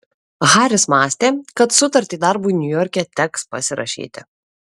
haris mąstė kad sutartį darbui niujorke teks pasirašyti